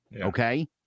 Okay